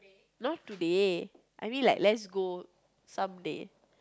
not today I mean like let's go someday